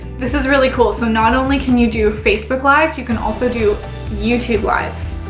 this is really cool. so not only can you do facebook lives, you can also do youtube lives.